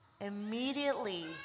Immediately